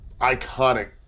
iconic